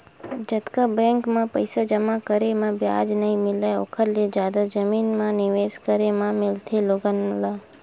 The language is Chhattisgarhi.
जतका बेंक म पइसा जमा करे म बियाज नइ मिलय ओखर ले जादा जमीन म निवेस करे म मिलथे लोगन ल